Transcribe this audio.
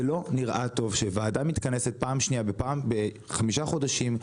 זה לא נראה טוב שוועדה מתכנת פעם שנייה בחמישה חודשים,